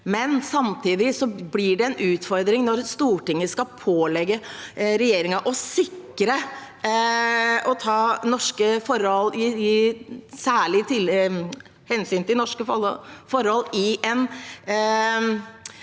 Samtidig blir det en utfordring om Stortinget skal pålegge regjeringen å sikre at man skal ta særlige hensyn til norsk forhold, i en